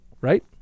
right